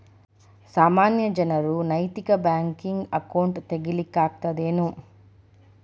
ಸಾಮಾನ್ಯ ಜನರು ನೈತಿಕ ಬ್ಯಾಂಕ್ನ್ಯಾಗ್ ಅಕೌಂಟ್ ತಗೇ ಲಿಕ್ಕಗ್ತದೇನು?